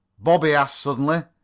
bob, he asked suddenly,